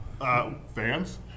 Fans